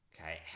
Okay